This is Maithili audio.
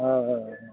हँ हँ